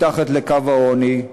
יורדים מתחת לקו העוני.